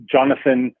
Jonathan